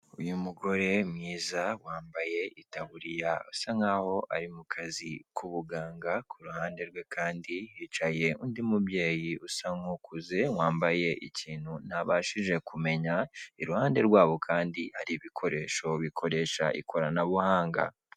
Uyu mugore mwiza wambaye itaburiya usa nk'aho ari mu kazi k'ubuganga ku ruhande rwe, kandi hicaye undi mubyeyi, usa n'ukuze wambaye ikintu ntabashije kumenya iruhande rwabo kandi hari ibikoresho bikoresha ikoranabuhanga.